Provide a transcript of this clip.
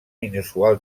inusual